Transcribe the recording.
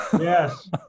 Yes